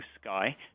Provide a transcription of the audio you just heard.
sky